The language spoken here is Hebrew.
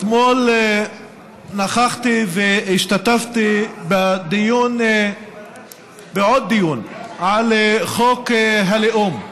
אתמול נכחתי והשתתפתי בעוד דיון על חוק הלאום.